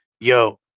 yo